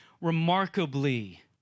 remarkably